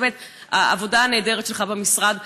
באמת העבודה הנהדרת שלך במשרד,